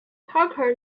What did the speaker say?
parker